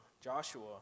Joshua